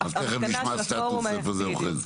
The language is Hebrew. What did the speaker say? --- תכף נשמע סטטוס, איפה זה אוחז.